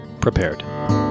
prepared